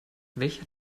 welcher